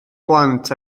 plant